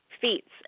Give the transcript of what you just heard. feats